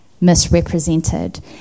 misrepresented